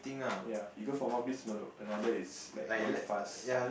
ya you go from one place to another it's like very fast